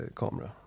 kamera